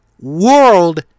World